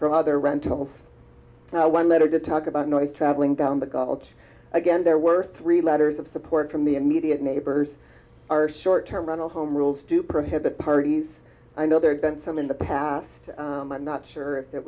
other rentals one letter did talk about noise traveling down the gulch again there were three letters of support from the immediate neighbors are short term rental home rules to prohibit parties i know there have been some in the past i'm not sure if that